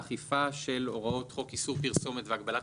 האכיפה של הוראות חוק איסור פרסומת והגבלת